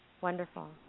Wonderful